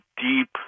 deep